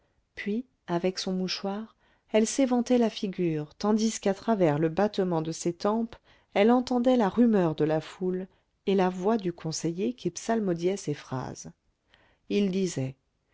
puis avec son mouchoir elle s'éventait la figure tandis qu'à travers le battement de ses tempes elle entendait la rumeur de la foule et la voix du conseiller qui psalmodiait ses phrases il disait